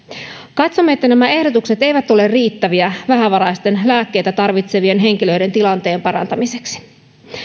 katsomme että nämä ehdotukset eivät ole riittäviä vähävaraisten lääkkeitä tarvitsevien henkilöiden tilanteen parantamiseksi